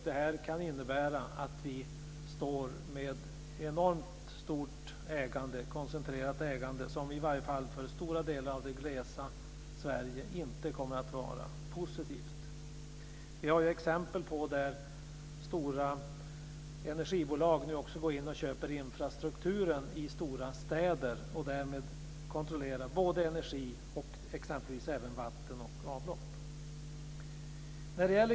Det kan innebära att vi står med ett enormt koncentrerat ägande, något som i varje fall för stora delar av det glesa Sverige inte kommer att vara positivt. Vi har exempel på att stora energibolag nu också går in och köper infrastrukturen i stora städer. Därmed kontrollerar de både energi och exempelvis vatten och avlopp.